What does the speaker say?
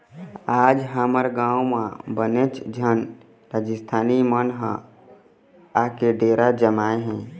आज हमर गाँव म बनेच झन राजिस्थानी मन ह आके डेरा जमाए हे